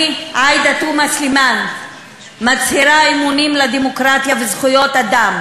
ואתה תפריע ואתה עושה מה שאתה